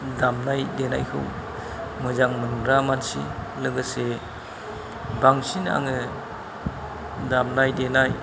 दामनाय देनायखौ मोजां मोनग्रा मानसि लोगोसे बांसिन आङो दामनाय देनाय